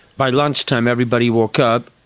by lunchtime everybody woke up,